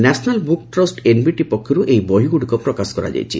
national Book Trust NBT ପକ୍ଷରୁ ଏହି ବହିଗୁଡ଼ିକ ପ୍ରକାଶ କରାଯାଇଛି